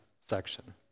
section